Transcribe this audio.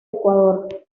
ecuador